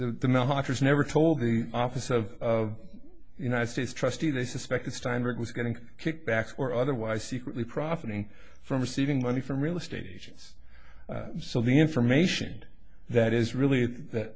told the office of the united states trustee they suspected steinberg was going to kickbacks or otherwise secretly profiting from receiving money from real estate agents so the information that is really the